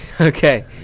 okay